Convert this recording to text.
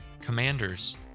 Commanders